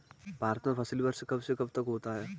भारत में फसली वर्ष कब से कब तक होता है?